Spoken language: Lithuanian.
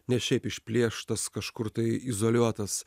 ne šiaip išplėštas kažkur tai izoliuotas